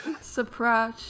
surprise